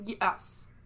yes